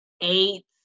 eight